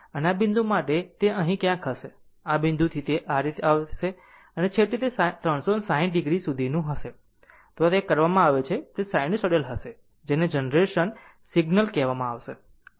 આમ આ બિંદુ માટે તે અહીં ક્યાંક હશે આ બિંદુથી તે આ રીતે આવશે અને છેવટે તે 360 o સુધીનું છે જો તે કરવામાં આવે તો તે સિન્યુસાઇડલ હશે જેને જનરેશન સિગ્નલ બનાવશે